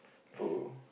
oh